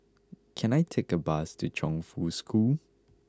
can I take a bus to Chongfu School